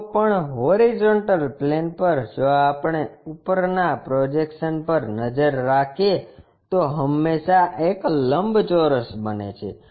તો પણ horizontal plane પર જો આપણે ઉપરનાં પ્રોજેક્શન પર નજર રાખીએ તો હંમેશાં એક લંબચોરસ બને છે